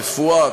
רפואה,